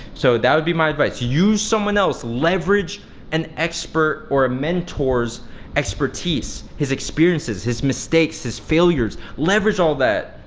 so that would be my advice, use someone else. leverage an expert or a mentor's expertise, his experiences, his mistakes, his failures leverage all that.